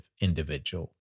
individual